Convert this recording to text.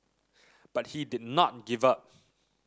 but he did not give up